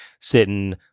sitting